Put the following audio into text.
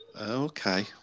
Okay